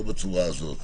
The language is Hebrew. לא בצורה הזאת.